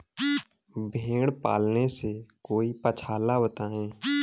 भेड़े पालने से कोई पक्षाला बताएं?